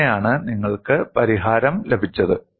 അങ്ങനെയാണ് നിങ്ങൾക്ക് പരിഹാരം ലഭിച്ചത്